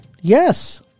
Yes